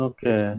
Okay